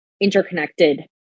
interconnected